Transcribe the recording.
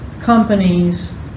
companies